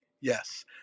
Yes